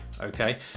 okay